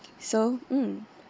so mm